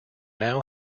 now